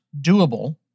doable